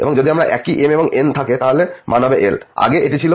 এবং যদি আমাদের একই m এবং n থাকে তাহলে মান হবে l আগে এটি ছিল